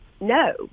No